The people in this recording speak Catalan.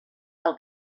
pel